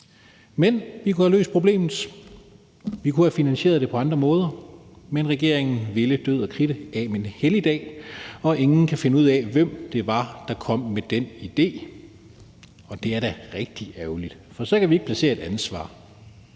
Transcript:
Men vi kunne have løst problemet, vi kunne have finansieret det på andre måder, men regeringen ville død og kritte af med en helligdag, og ingen kan finde ud af, hvem det var, der kom med den idé. Og det er da rigtig ærgerligt, for så kan vi ikke placere et ansvar.